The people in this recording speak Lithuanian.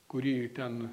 kurį ten